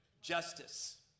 justice